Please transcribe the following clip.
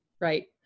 Right